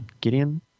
Gideon